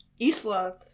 Isla